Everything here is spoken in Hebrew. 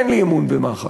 אין לי אמון במח"ש.